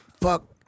Fuck